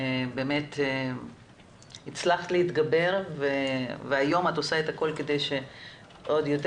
באמת הצלחת להתגבר והיום את עושה את הכל כדי שעוד יותר